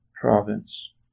province